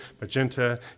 magenta